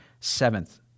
seventh